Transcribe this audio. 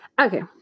Okay